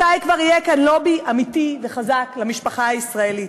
מתי כבר יהיה כאן לובי אמיתי וחזק למשפחה הישראלית?